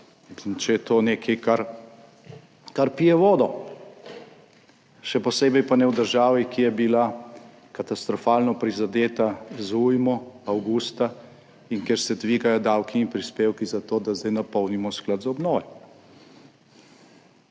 če je to nekaj, kar, kar pije vodo, še posebej pa ne v državi, ki je bila katastrofalno prizadeta z ujmo avgusta in kjer se dvigajo davki in prispevki zato, da zdaj napolnimo sklad za obnovo.